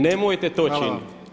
Nemojte to činiti.